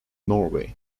norway